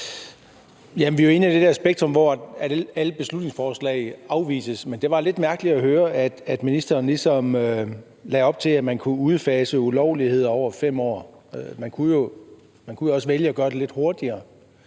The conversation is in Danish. Vi er jo inde i det der felt, hvor alle beslutningsforslag afvises, men det var lidt mærkeligt at høre, at ministeren ligesom lagde op til, at man kunne udfase ulovligheder over 5 år. Man kunne jo også vælge at gøre det lidt hurtigere.